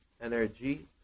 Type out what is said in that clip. energy